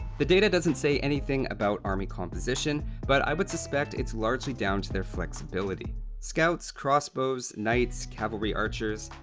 the data doesn't say anything about army composition but i would suspect it's largely down to their flexibility scouts, crossbows, knights, cavalry archers,